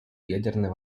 ядерной